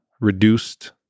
reduced